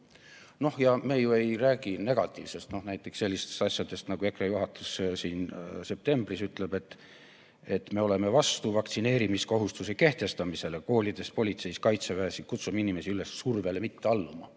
Ja me ju ei räägi negatiivsest, näiteks sellistest asjadest, mida EKRE juhatus siin septembris ütles: me oleme vastu vaktsineerimiskohustuse kehtestamisele koolides, politseis, kaitseväes ja kutsume inimesi üles survele mitte alluma.